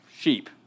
Sheep